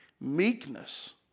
meekness